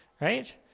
right